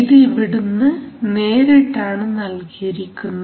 ഇത് ഇവിടുന്ന് നേരിട്ടാണ് നൽകിയിരിക്കുന്നത്